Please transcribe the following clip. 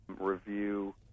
review